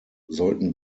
sollten